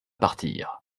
partir